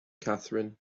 catherine